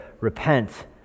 repent